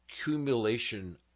accumulation